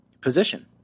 position